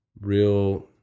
real